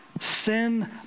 Sin